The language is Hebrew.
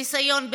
ניסיון בטיפול,